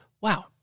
wow